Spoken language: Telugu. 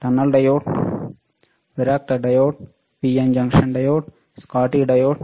టన్నెల్ డయోడ్ ఇక్కడ vector diode PN junction diode Schottky diode